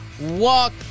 walk